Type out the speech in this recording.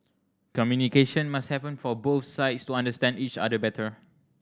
communication must happen for both sides to understand each other better